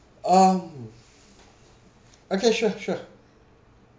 um okay sure sure